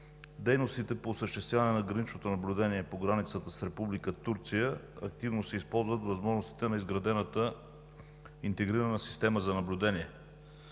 дейностите по осъществяване на граничното наблюдение и по границата с Република Турция активно се използват възможностите на изградената интегрирана система за наблюдение.